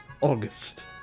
August